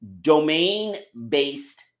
Domain-Based